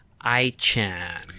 I-Chan